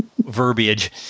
verbiage